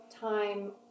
time